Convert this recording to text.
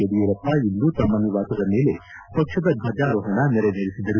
ಯಡಿಯೂರಪ್ಪ ಇಂದು ತಮ್ಮ ನಿವಾಸದ ಮೇಲೆ ಪಕ್ಷದ ಧ್ವಜಾರೋಹಣ ನೆರವೇರಿಸಿದರು